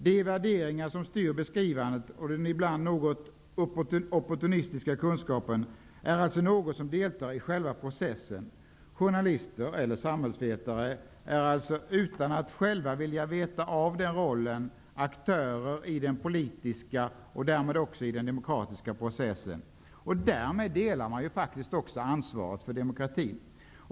De värderingar som styr beskrivandet och den ibland något opportunistiska kunskapen deltar alltså i själva processen. Journalister -- eller samhällsvetare -- är således, utan att själva vilja veta av den rollen, aktörer i den politiska och därmed också i den demokratiska processen. Därmed delar de faktiskt också ansvaret för demokratin.